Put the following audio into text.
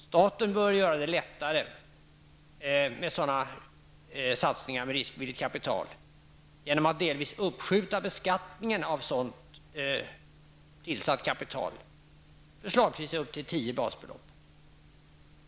Staten bör underlätta sådana satsningar med riskvilligt kapital genom att delvis uppskjuta beskattningen av sådant kapital, förslagsvis upp till tio basbelopp.